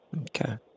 Okay